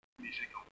music